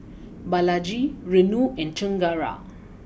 Balaji Renu and Chengara